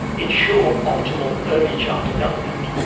ensure optimal early child development,